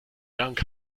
dank